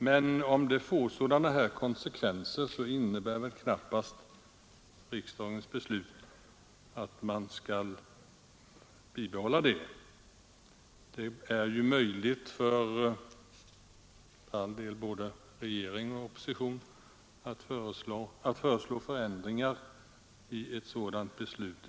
Men om den principen får sådana här konsekvenser, innebär väl knappast riksdagens beslut att man skall bibehålla den. Det är ju möjligt för både regering och opposition att föreslå förändringar i ett sådant beslut.